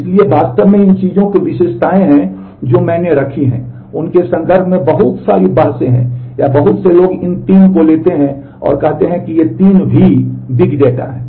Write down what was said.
इसलिए वास्तव में इन चीजों की विशेषताएं जो मैंने रखी हैं उनके संदर्भ में बहुत सारी बहसें हैं या बहुत से लोग इन 3 को लेते हैं और कहते हैं कि ये 3 V बिग डाटा हैं